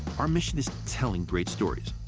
our mission is telling great stories.